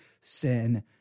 sin